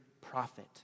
prophet